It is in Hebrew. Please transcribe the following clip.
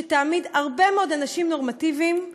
שתעמיד הרבה מאוד אנשים נורמטיביים כעבריינים,